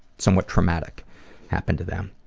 somewhat traumatic happen to them.